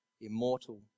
immortal